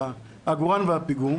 העגורן והפיגום